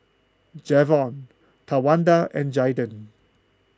Javon Tawanda and Jaiden